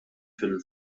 fil